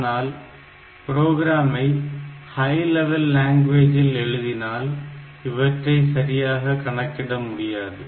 ஆனால் புரோகிராமை ஹய்லெவல் லாங்குவேஜில் எழுதினால் இவற்றை சரியாக கணிக்க முடியாது